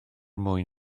mwyn